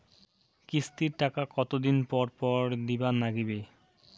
কিস্তির টাকা কতোদিন পর পর দিবার নাগিবে?